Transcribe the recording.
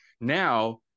Now